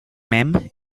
mêmes